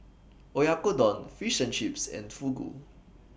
Oyakodon Fish and Chips and Fugu